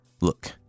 look